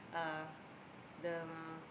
uh the